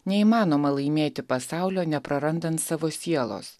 neįmanoma laimėti pasaulio neprarandant savo sielos